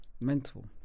Mental